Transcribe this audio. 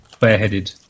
bareheaded